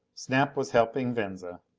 snap was helping venza.